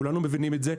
כולנו מבינים את זה.